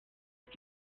ist